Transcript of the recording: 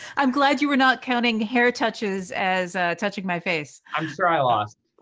i'm glad you were not counting hair touches as touching my face. i'm sure i lost.